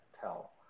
tell